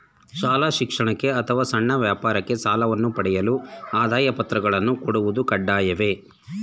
ಶಾಲಾ ಶಿಕ್ಷಣಕ್ಕೆ ಅಥವಾ ಸಣ್ಣ ವ್ಯಾಪಾರಕ್ಕೆ ಸಾಲವನ್ನು ಪಡೆಯಲು ಆದಾಯ ಪತ್ರಗಳನ್ನು ಕೊಡುವುದು ಕಡ್ಡಾಯವೇ?